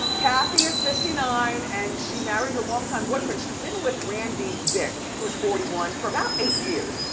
kathy is fifty nine and she married her long-time boyfriend. she's been with randy bick, who's forty one, for about eight years.